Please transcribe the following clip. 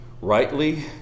rightly